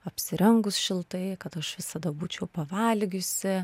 apsirengus šiltai kad aš visada būčiau pavalgiusi